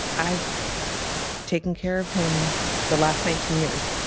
i've taken care of him the last nineteen years.